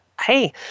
hey